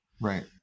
Right